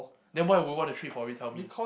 then why would you want to trade for it you tell me